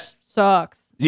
sucks